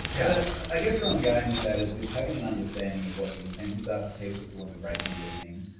yeah i guess where i'm going with that is is having an understanding of what the incentives are for people to want to break into your things,